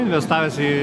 investavęs į